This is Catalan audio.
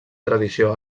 tradició